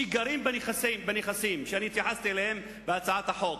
שגרים בנכסים שאני התייחסתי אליהם בהצעת החוק,